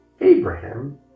Abraham